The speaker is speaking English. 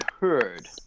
heard